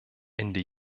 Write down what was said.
ende